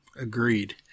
Agreed